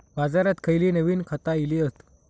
बाजारात खयली नवीन खता इली हत?